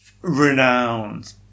renowned